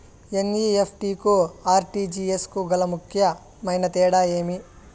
NEFT కు RTGS కు గల ముఖ్యమైన తేడా ఏమి?